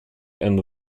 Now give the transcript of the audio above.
and